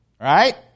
right